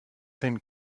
then